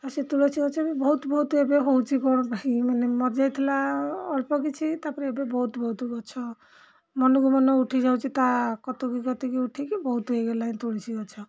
ଆଉ ସେ ତୁଳସୀ ଗଛ ବି ବହୁତ ବହୁତ ଏବେ ହେଉଛି କ'ଣ ପାଇଁ ମାନେ ମଜା ହେଇଥିଲା ଅଳ୍ପ କିଛି ତାପରେ ଏବେ ବହୁତ ବହୁତ ଗଛ ମନକୁ ମନ ଉଠିଯାଉଛି ତା' କତିକି କତିକି ଉଠିକି ବହୁତ ହେଇଗଲା ଏଇ ତୁଳସୀ ଗଛ